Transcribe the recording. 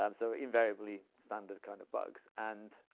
um so invariably, standard kind of bugs and,